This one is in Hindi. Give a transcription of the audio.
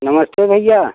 नमस्ते भैया